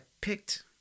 picked